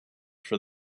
for